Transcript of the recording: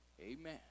Amen